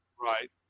Right